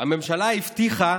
הממשלה הבטיחה